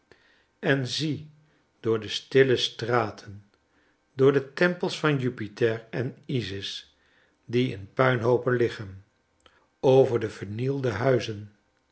en zie door de stille straten door de tempels van jupiter en isis die in puinhoopen liggen over de vernielde huizen